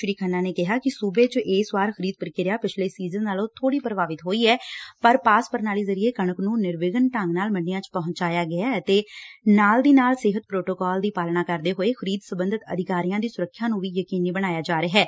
ਸ਼ੀ ਖੰਨਾ ਨੇ ਕਿਹਾ ਕਿ ਸੂਬੇ 'ਚ ਇਸ ਵਾਰ ਖਰੀਦ ਪ੍ਕਿਰਿਆ ਪਿਛਲੇ ਸੀਜਨ ਨਾਲੋ ਥੋੜੀ ਪ੍ਭਾਵਿਤ ਹੋਈ ਏ ਪਰ ਪਾਸ ਪ੍ਰਣਾਲੀ ਜਰੀਏ ਕਣਕ ਨੂੰ ਨਿਰਵਿਘਨ ਢੰਗ ਨਾਲ ਮੰਡੀਆਂ 'ਚ ਪਹੁੰਚਾਇਆ ਗਿਐ ਅਤੇ ਨਾਲ ਦੀ ਨਾਲ ਸਿਹਤ ਪ੍ਰੋਟੋਕਾਲ ਦੀ ਪਾਲਣਾ ਕਰਦੇ ਹੋਏ ਖਰੀਦ ਸਬੰਧਤ ਅਧਿਕਾਰੀਆਂ ਦੀ ਸੁਰੱਖਿਆ ਨੂੰ ਯਕੀਨੀ ਬਣਾਇਆ ਜਾ ਰਿਹੈ